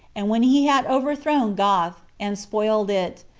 and when he had overthrown gath, and spoiled it,